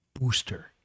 booster